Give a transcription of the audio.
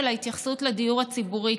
של ההתייחסות לדיור הציבורי,